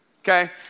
okay